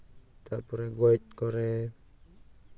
ᱛᱟᱨᱯᱚᱨᱮ ᱜᱚᱡ ᱠᱚᱨᱮ